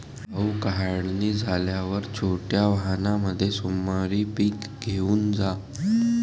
भाऊ, काढणी झाल्यावर छोट्या व्हॅनमध्ये सोमवारी पीक घेऊन जा